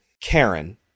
Karen